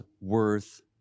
worth